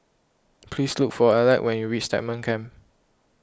please look for Alec when you reach Stagmont Camp